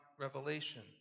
revelation